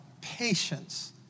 patience